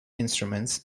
instruments